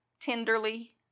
tenderly